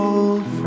Old